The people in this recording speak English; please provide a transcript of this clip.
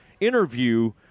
interview